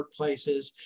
workplaces